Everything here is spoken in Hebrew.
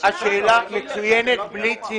השאלה מצוינת, בלי ציניות.